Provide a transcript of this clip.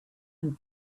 and